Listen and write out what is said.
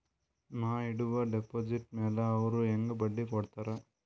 ನಾ ಇಡುವ ಡೆಪಾಜಿಟ್ ಮ್ಯಾಲ ಅವ್ರು ಹೆಂಗ ಬಡ್ಡಿ ಕೊಡುತ್ತಾರ?